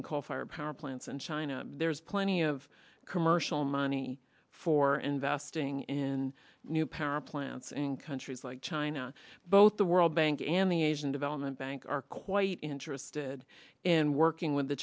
in called fire power plants in china there's plenty of commercial money for investing in new power plants in countries like china both the world bank and the asian development bank are quite interested in working with the